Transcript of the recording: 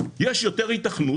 יש יותר היתכנות